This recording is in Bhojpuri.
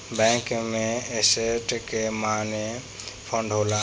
बैंक में एसेट के माने फंड होला